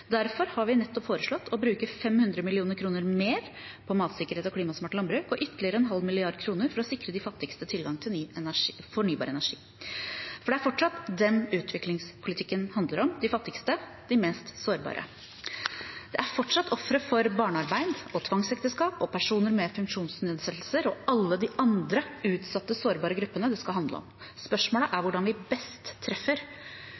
Derfor har vi nettopp foreslått å bruke 500 mill. kr mer på matsikkerhet og klimasmart landbruk og ytterligere en halv milliard kroner for å sikre de fattigste tilgang på fornybar energi. For det er fortsatt dem utviklingspolitikken handler om – de fattigste, de mest sårbare. Det er fortsatt ofre for barnearbeid og tvangsekteskap, personer med funksjonsnedsettelser og alle de andre utsatte, sårbare gruppene det skal handle om. Spørsmålet er hvordan vi best treffer